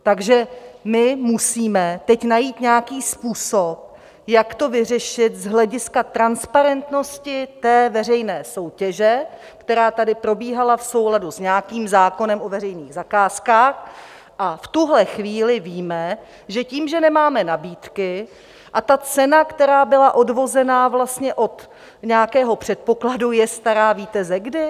Takže my musíme teď najít nějaký způsob, jak to vyřešit z hlediska transparentnosti té veřejné soutěže, která tady probíhala v souladu s nějakým zákonem o veřejných zakázkách, a v tuhle chvíli víme, že tím, že nemáme nabídky a ta cena, která byla odvozena vlastně od nějakého předpokladu, je stará víte ze kdy?